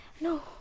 No